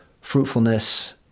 fruitfulness